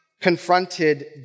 Confronted